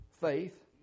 faith